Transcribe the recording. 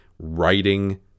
writing